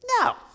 No